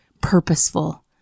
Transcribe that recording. purposeful